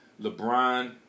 LeBron